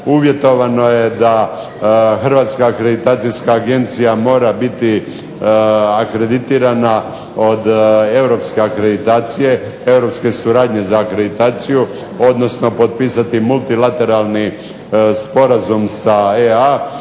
Uvjetovano je da Hrvatska akreditacijska agencija mora biti akreditirana od Europske akreditacije, europske suradnje za akreditaciju, odnosno potpisati multilateralni sporazum sa EA